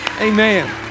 Amen